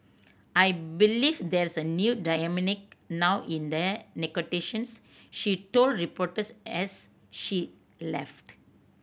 I believe there's a new dynamic now in the negotiations she told reporters as she left